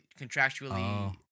contractually